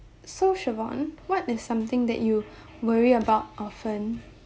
so chivonne what is something that you worry about often